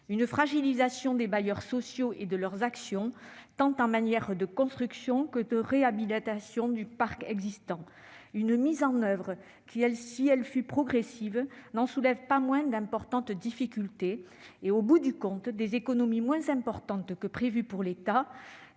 une fragilisation des bailleurs sociaux et de leurs actions, tant en matière de construction que de réhabilitation du parc existant ; une mise en oeuvre qui, si elle a été progressive, n'en a pas moins soulevé d'importantes difficultés ; au bout du compte, des économies moins importantes que prévu pour l'État